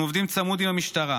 אנחנו עובדים צמוד עם המשטרה.